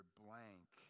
blank